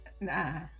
nah